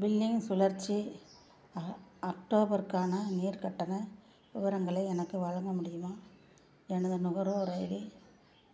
billing சுழற்சி அ அக்டோபருக்கான நீர் கட்டண விவரங்களை எனக்கு வழங்க முடியுமா எனது நுகர்வோர் ஐடி